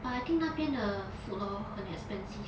but I think 那边的 food hor 很 expensive